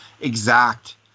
exact